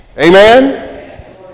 Amen